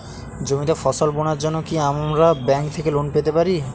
জমিতে ফসল বোনার জন্য কি আমরা ব্যঙ্ক থেকে লোন পেতে পারি?